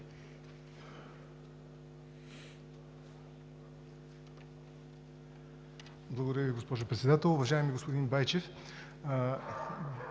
Благодаря Ви, госпожо Председател. Уважаеми господин Байчев,